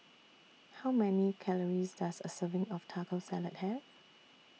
How Many Calories Does A Serving of Taco Salad Have